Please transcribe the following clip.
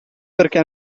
perché